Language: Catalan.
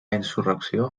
insurrecció